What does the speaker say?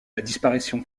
disparition